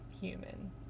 human